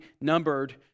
numbered